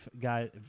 guys